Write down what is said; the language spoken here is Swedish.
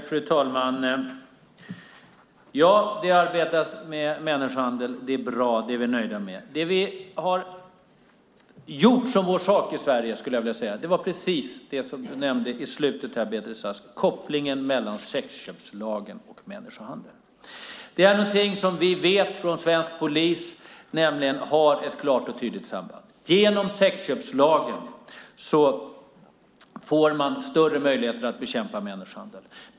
Fru talman! Ja, det arbetas med människohandel. Det är bra, och det är vi nöjda med. Det vi har gjort till vår sak i Sverige var precis det som du nämnde i slutet, Beatrice Ask, nämligen kopplingen mellan sexköpslagen och människohandel. Det är något som vi från svensk polis vet har ett tydligt samband. Genom sexköpslagen får man större möjligheter att bekämpa människohandel.